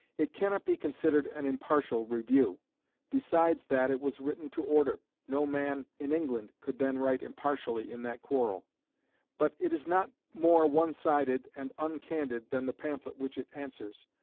it cannot be considered an impartial review besides that it was written to order, no man in england could then write impartially in that quarrel but it is not more one-sided and uncandid than the pamphlet which it answers,